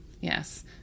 Yes